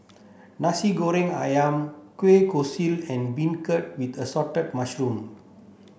Nasi Goreng Ayam Kueh Kosui and beancurd with assorted mushroom